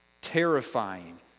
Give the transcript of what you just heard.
terrifying